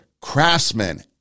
craftsmen